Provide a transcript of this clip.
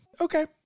Okay